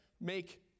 make